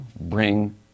bring